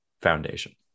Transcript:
foundation